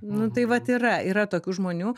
nu tai vat yra yra tokių žmonių